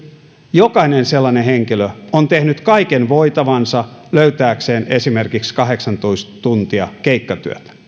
jokainen sellainen henkilö on tehnyt kaiken voitavansa löytääkseen esimerkiksi kahdeksantoista tuntia keikkatyötä